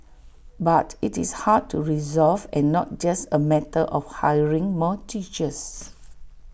but IT is hard to resolve and not just A matter of hiring more teachers